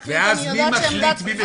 ואז מי מחליט מי משלם?